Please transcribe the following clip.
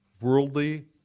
worldly